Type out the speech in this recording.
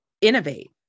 innovate